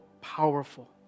powerful